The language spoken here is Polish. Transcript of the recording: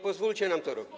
Pozwólcie nam to robić.